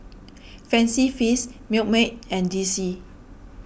Fancy Feast Milkmaid and D C